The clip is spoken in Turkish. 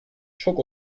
çok